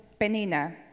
Penina